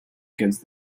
against